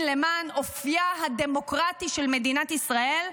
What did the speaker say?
למען אופייה הדמוקרטי של מדינת ישראל,